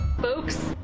Folks